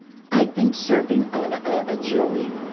i think serving on a jury,